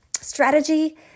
strategy